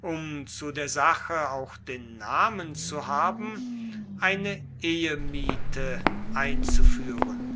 um zu der sache auch den namen zu haben eine ehemiete einzuführen